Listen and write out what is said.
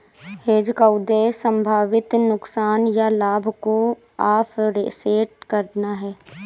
hedge का उद्देश्य संभावित नुकसान या लाभ को ऑफसेट करना है